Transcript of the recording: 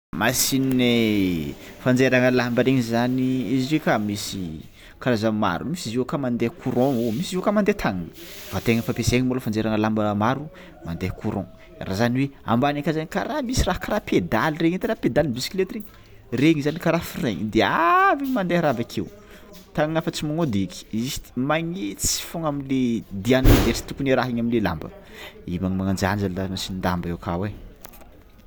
Machinigny fanjairagna lamba regny zany izy kay misy karazany maro misy zio aka mandeha courant, misy zio aka mandeha tagnana fa tegna fampiasa molo fanjairana lamba, maro mandeha courant zany hoe ambany aka zany kara misy raha kara pedaly regny edy karaha pedaly bisiklety regny zany kara frein de avy mandeha raha bokeo, tagnanao fa tsy magnody zisty minitsy fôgna amle dian'ny ze tsy tokony hiarahany amin'ny lamba i ma magnanjany zala machin-damba akao eo.